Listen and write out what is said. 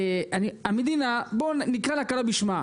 המדינה בוא נקרא לכלה בשמה,